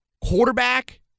quarterback